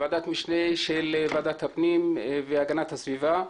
ועדת משנה של ועדת הפנים והגנת הסביבה.